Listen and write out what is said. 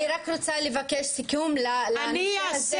אני רק רוצה לבקש סיכום לנושא הזה.